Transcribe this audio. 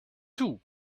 too